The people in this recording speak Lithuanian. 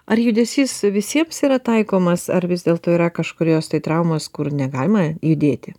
ar judesys visiems yra taikomas ar vis dėlto yra kažkurios tai traumos kur negalima judėti